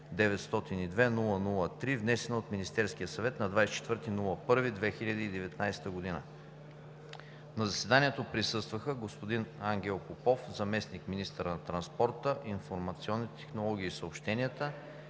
902-00-3, внесена от Министерския съвет на 24 януари 2019 г. На заседанието присъстваха господин Ангел Попов – заместник-министър на транспорта, информационните технологии и съобщенията,